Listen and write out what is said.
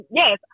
yes